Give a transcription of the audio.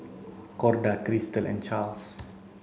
Corda Cristal and Charles